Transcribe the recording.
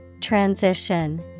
Transition